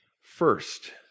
first